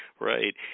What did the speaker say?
Right